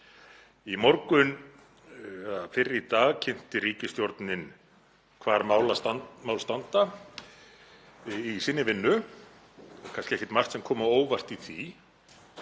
er. Fyrr í dag kynnti ríkisstjórnin hvar mál standa í sinni vinnu og kannski ekki margt sem kom á óvart í því.